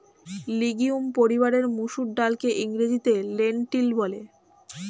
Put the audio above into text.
legume পরিবারের মুসুর ডালকে ইংরেজিতে লেন্টিল বলে